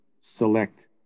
select